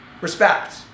respect